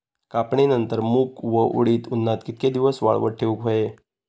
कापणीनंतर मूग व उडीद उन्हात कितके दिवस वाळवत ठेवूक व्हये?